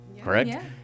correct